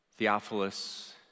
Theophilus